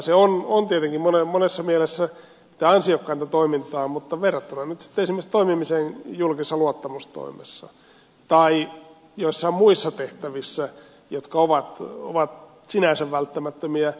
se on tietenkin monessa mielessä mitä ansiokkainta toimintaa mutta entä verrattuna nyt esimerkiksi toimimiseen julkisessa luottamustoimessa tai joissain muissa tehtävissä jotka ovat sinänsä välttämättömiä